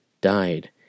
died